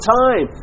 time